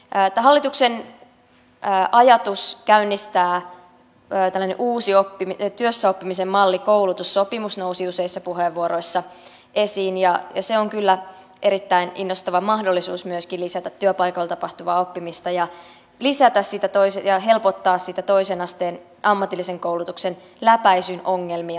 tämä hallituksen ajatus käynnistää tällainen uusi työssäoppimisen malli koulutussopimus nousi useissa puheenvuoroissa esiin ja se on kyllä erittäin innostava mahdollisuus myöskin lisätä työpaikoilla tapahtuvaa oppimista ja helpottaa niitä toisen asteen ammatillisen koulutuksen läpäisyn ongelmia